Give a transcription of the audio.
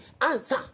answer